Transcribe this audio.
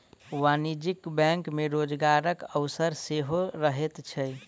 वाणिज्यिक बैंक मे रोजगारक अवसर सेहो रहैत छै